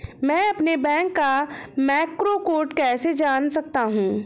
मैं अपने बैंक का मैक्रो कोड कैसे जान सकता हूँ?